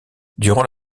durant